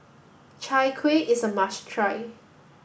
Chai Kueh is a must try